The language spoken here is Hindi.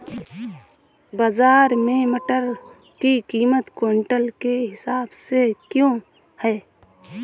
बाजार में मटर की कीमत क्विंटल के हिसाब से क्यो है?